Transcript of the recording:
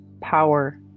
power